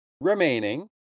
remaining